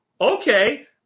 okay